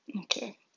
Okay